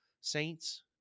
Saints